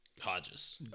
Hodges